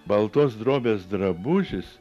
baltos drobės drabužis